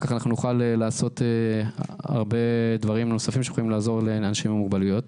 נוכל לעשות הרבה דברים נוספים שיכולים לעזור לאנשים עם מוגבלויות.